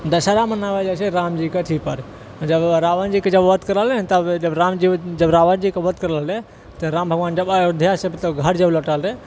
दशहारा मनाओल जाइत छै रामजीके अथी पर जब रावणजीके जब वध करने रहै तब राम जी जब रावण जीकेँ वध करऽ लगलै तऽ राम भगवान जब अयोध्या घर जब लौटल रहै